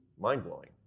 mind-blowing